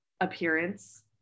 appearance